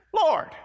Lord